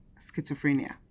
schizophrenia